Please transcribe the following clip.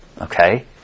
Okay